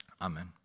Amen